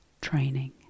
training